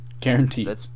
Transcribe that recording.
Guaranteed